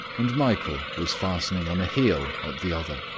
and michael was fastening on a heel at the other.